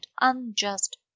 unjust